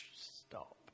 stop